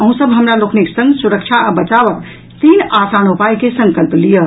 अहूँ सब हमरा लोकनिक संग सुरक्षा आ बचावक तीन आसान उपायक संकल्प लियऽ